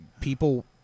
people